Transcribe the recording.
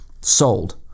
sold